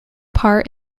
part